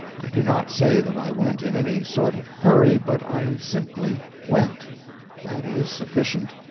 i do not say that i went in any sort of hurry, but i simply went that is sufficient.